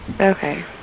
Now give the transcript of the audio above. Okay